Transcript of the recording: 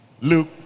Luke